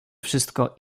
wszystko